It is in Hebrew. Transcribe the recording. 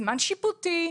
זמן שיפוטי,